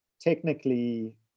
technically